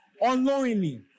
Unknowingly